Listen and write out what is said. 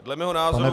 Podle mého názoru